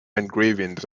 engravings